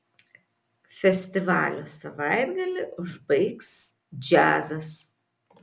festivalio savaitgalį užbaigs džiazas